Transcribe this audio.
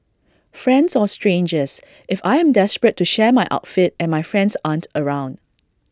friends or strangers if I am desperate to share my outfit and my friends aren't around